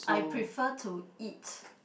I prefer to eat